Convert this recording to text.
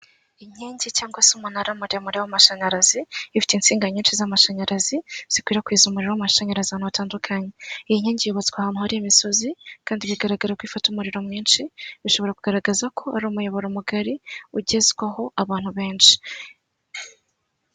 Inkike cyangwa umunara muremure w'amashanyarazi, ifite insinga nyinshi z'amashanyarazi zikwirakwiza umuriro w'amashanyarazi ahantu hatandukanye, iyi nkingi yubatswe ahantu hari imisozi kandi bigaragara ko ifata umuriro mwinshi, bishobora kugaragaza ko ari umuyoboro mugari ugezwaho abantu benshi.